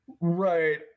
Right